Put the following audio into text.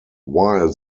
while